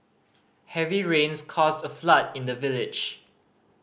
heavy rains caused a flood in the village